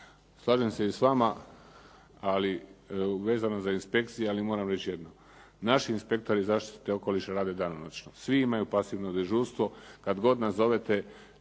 Slažem se i s vama, ali vezano za inspekcije, ali moram reći jedno. Naši inspektori zaštite okoliša rade danonoćno, svi imaju pasivno dežurstvo. Kad god nazovete,